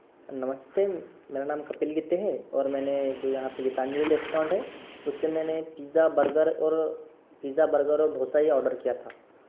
नमस्ते मेरा नाम कपिल गित्ते है और मैंने जो यहाँ पर गीतांजली रैस्टौरेंट है उससे मैंने पिज़्ज़ा बर्गर और पिज़्ज़ा बर्गर और दोसा ही ऑर्डर किया था